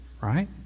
right